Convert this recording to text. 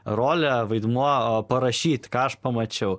rolę vaidmuo parašyt ką aš pamačiau